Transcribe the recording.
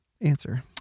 answer